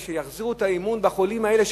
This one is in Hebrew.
כדי שיחזירו את האמון לחולים האלה,